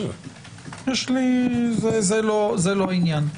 זה לא העניין.